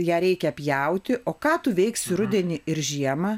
ją reikia pjauti o ką tu veiksi rudenį ir žiemą